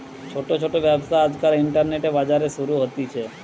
ছোট ছোট ব্যবসা আজকাল ইন্টারনেটে, বাজারে শুরু হতিছে